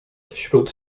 wśród